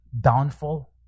downfall